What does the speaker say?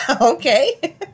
Okay